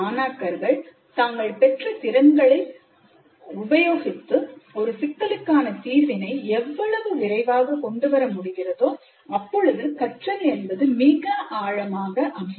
மாணாக்கர்கள் தாங்கள் பெற்ற திறன்களை உபயோகித்து ஒரு சிக்கலுக்கான தீர்வினை எவ்வளவு விரைவாக கொண்டு வர முடிகிறதோ அப்பொழுது கற்றல் என்பது மிக ஆழமாக அமையும்